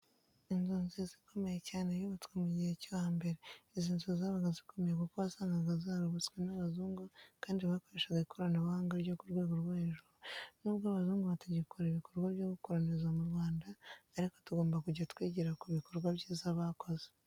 Inzu niza ikomeye cyane yubatswe mu gihe cyo hambere, izi nzu zabaga zikomeye kuko wasangaga zarubatswe n'abazungu kandi bakoreshaga ikoranabuganga ryo ku rwego rwo hejuru. Nubwo abazungu batagikora ibikorwa byo gukoroniza mu Rwanda ariko tugomba kujya twigira ku bikorwa byiza bakoze.